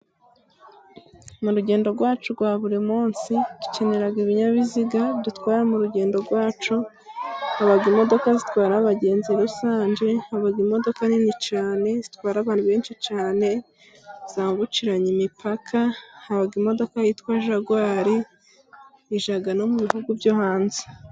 Mu rugendo rwacu rwa buri munsi dukenera ibinyabiziga bidutwara mu rugendo rwacu, haba imodoka zitwara abagenzi rusange, haba imodoka nini cyane zitwara abantu benshi cyane zambukiranya imipaka, haba imodoka yitwa Jaguari ijya no mu bihugu byo hanze.